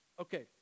Okay